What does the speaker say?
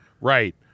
right